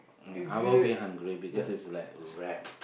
yeah I will be hungry because is like wrap